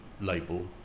label